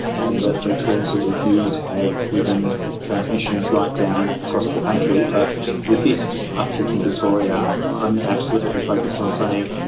and the the tools that we've used have driven transmission right down across the country. but with this uptick in victoria, i'm absolutely focused on saying,